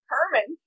Herman